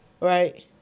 right